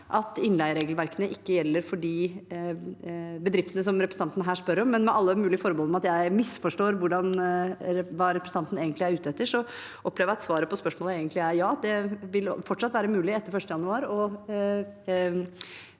at innleieregelverkene ikke gjelder for de bedriftene som representanten spør om. Med alle mulige forbehold om at jeg misforstår hva representanten egentlig er ute etter, opplever jeg at svaret på spørsmålet er: Ja, det vil etter 1. januar